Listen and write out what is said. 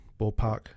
ballpark